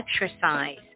exercise